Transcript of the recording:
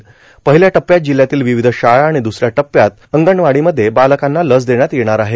र्पाहल्या टप्प्यात जिल्ह्यातील र्वावध शाळा आाण द्रसऱ्या टप्प्यात अंगणवाडीमध्ये बालकांना लस देण्यात येणार आहे